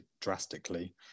drastically